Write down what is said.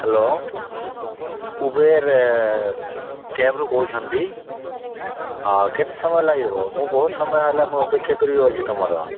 hello ଉବେରେ କ୍ୟାବ୍ରୁ କହୁଛନ୍ତି ହଁ କେତେ ସମୟ ଲାଗିବ ମୁଁ ବହୁତ ସମୟ ହେଲା ମୁଁ ଅପେକ୍ଷା କରି ଅଛି ତମର